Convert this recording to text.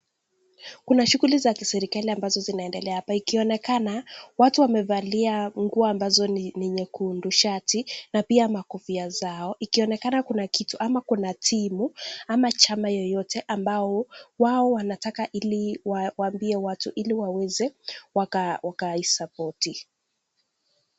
Kuna shughuli za kiserikali ambazo zinaendelea hapa ikionekana watu wamevalia nguo ambazo ni nyekundu, shati pia makofia zao ikionekana kuna kitu ama kuna timu ama chama yoyote ambao wao wanataka ili wawambie watu ili waweze wakai sapoti